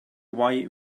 why